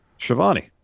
Shivani